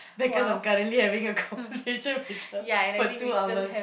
because I'm currently having a conversation with her for two hours